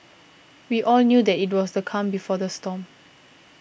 we all knew that it was the calm before the storm